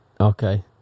Okay